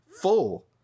full